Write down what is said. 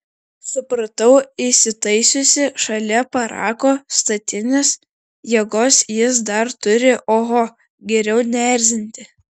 supratau įsitaisiusi šalia parako statinės jėgos jis dar turi oho geriau neerzinti